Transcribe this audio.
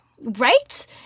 Right